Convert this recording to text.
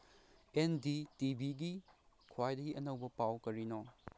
and D T ꯚꯤꯒꯤ ꯈ꯭ꯋꯥꯏꯗꯒꯤ ꯑꯅꯧꯕ ꯄꯥꯎ ꯀꯔꯤꯅꯣ